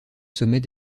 sommet